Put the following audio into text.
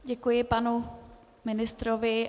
Děkuji panu ministrovi.